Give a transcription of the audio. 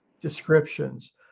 descriptions